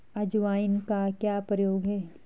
अजवाइन का क्या प्रयोग है?